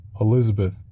Elizabeth